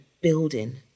building